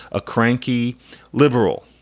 a cranky liberal.